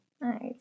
nice